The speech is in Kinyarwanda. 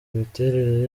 miterere